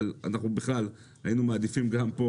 אבל אנחנו בכלל היינו מעדיפים גם פה